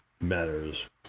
matters